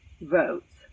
votes